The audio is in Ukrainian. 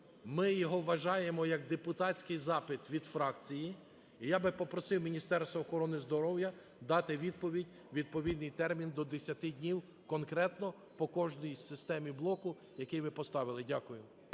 ми його вважаємо як депутатський запит від фракції. Я би попросив Міністерство охорони здоров'я дати відповідь у відповідний термін, до 10 днів, конкретно по кожній із систем блоку, який ви поставили. Дякую.